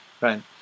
Right